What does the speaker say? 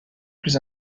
plus